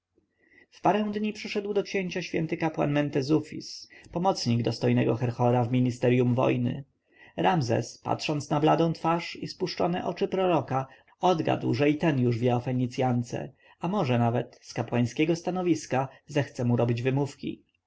parę dni przyszedł do księcia święty kapłan mentezufis pomocnik dostojnego herhora w ministerjum wojny ramzes patrząc na bladą twarz i spuszczone oczy proroka odgadł że i ten już wie o fenicjance a może nawet z kapłańskiego stanowiska zechce mu robić wymówki